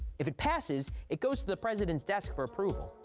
if it passes, it goes to the president's desk for approval.